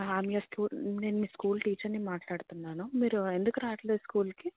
I'm your school నేను మీ school టీచర్ని మాట్లాడుతున్నాను మీరు ఎందుకు రావట్లేదు స్కూల్కి